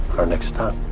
our next stop.